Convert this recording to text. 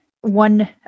one